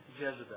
Jezebel